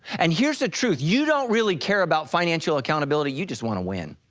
and here's the truth, you don't really care about financial accountability you just wanna win.